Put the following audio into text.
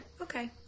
okay